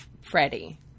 Freddie